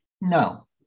No